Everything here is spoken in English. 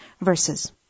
verses